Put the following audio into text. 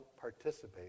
participate